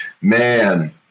Man